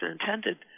intended